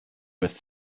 with